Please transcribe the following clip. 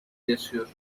yaşıyor